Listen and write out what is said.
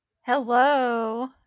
Hello